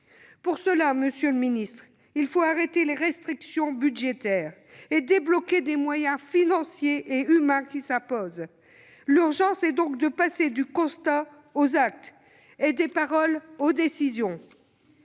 Pour cela, monsieur le secrétaire d'État, il faut arrêter les restrictions budgétaires et débloquer les moyens financiers et humains qui s'imposent. L'urgence est donc de passer du constat aux actes et des paroles aux décisions